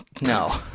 No